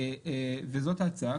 וזאת ההצעה.